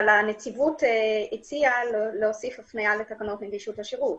אבל הנציבות הציעה להוסיף הפניה לתקנות נגישות השירות.